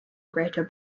greater